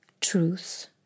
truth